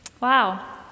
Wow